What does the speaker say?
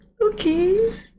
Okay